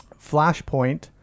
Flashpoint